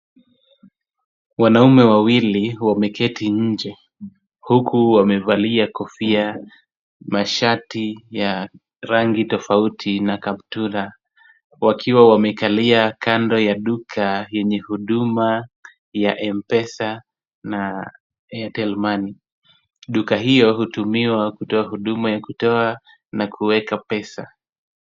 Wanaume wawili wameketi nje, huku wamevalia kofia, shati za rangi tofauti na kaptula. Wakiwa wamekalia kando ya duka yenye huduma ya M-Pesa na Airtel Money. Duka hilo hutumiwa kutoa huduma ya kutoa na kuweka pesa.